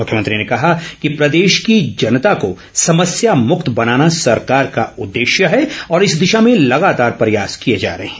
मुख्यमंत्री ने कहा कि प्रदेश की जनता को समस्यामक्त बनाना सरकार का उददेश्य है और इस दिशा में लगातार प्रयास किए जा रहे हैं